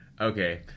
Okay